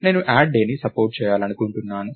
నేను యాడ్ డేని సపోర్ట్ చేయాలనుకుంటున్నాను